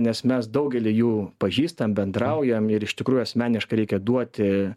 nes mes daugelį jų pažįstam bendraujam ir iš tikrųjų asmeniškai reikia duoti